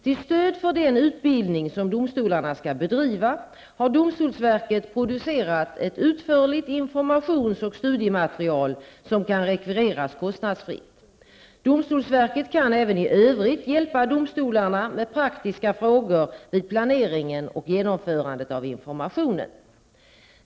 Till stöd för den utbildning som domstolarna skall bedriva har domstolsverket producerat ett utförligt informations och studiematerial som kan rekvireras kostnadsfritt. Domstolsverket kan även i övrigt hjälpa domstolarna med praktiska frågor vid planeringen och genomförandet av informationen.